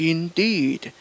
Indeed